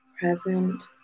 present